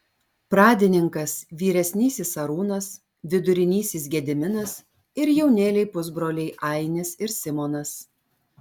pradininkas vyresnysis arūnas vidurinysis gediminas ir jaunėliai pusbroliai ainis ir simonas